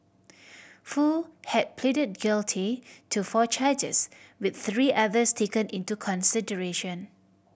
foo had pleaded guilty to four charges with three others taken into consideration